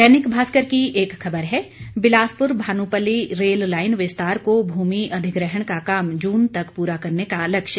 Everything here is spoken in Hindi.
दैनिक भास्कर की एक खबर है बिलासपुर भानुपल्ली रेल लाइन विस्तार को भूमि अधिग्रहण का काम जून तक पूरा करने का लक्ष्य